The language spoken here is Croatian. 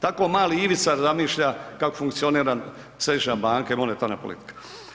Tako mali Ivica zamišlja kako funkcionira središnja banka i monetarna politika.